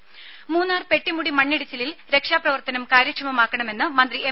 ദ്ദേ മൂന്നാർ പെട്ടിമുടി മണ്ണിടിച്ചിലിൽ രക്ഷാ പ്രവർത്തനം കാര്യക്ഷമമാക്കണമെന്ന് മന്ത്രി എം